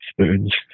spoons